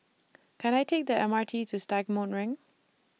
Can I Take The M R T to Stagmont Ring